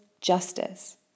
justice